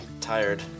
tired